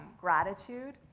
gratitude